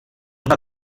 una